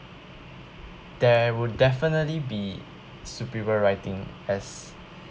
there will definitely be superior writing as